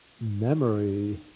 memory